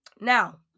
Now